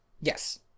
yes